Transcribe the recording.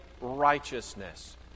righteousness